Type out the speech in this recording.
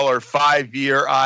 five-year